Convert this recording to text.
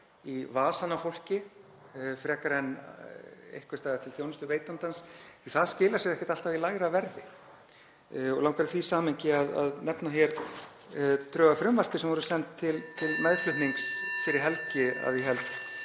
í vasann á fólki frekar en einhvers staðar til þjónustuveitandans því að það skilar sér ekki alltaf í lægra verði. Mig langar í því samhengi að nefna hér drög að frumvarpi sem voru send til meðflutnings fyrir helgi, að ég held,